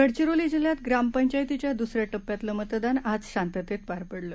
गड़चिरोली जिल्ह्यात ग्रामपंचायतीच्या दूसऱ्याटप्प्यातलं मतदान आज शांततेत पार पडलं